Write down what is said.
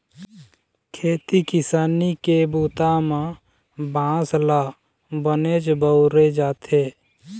खेती किसानी के बूता म बांस ल बनेच बउरे जाथे